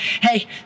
hey